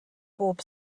bob